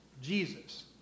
Jesus